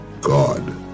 God